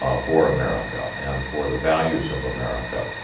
um for america. and for the values of america.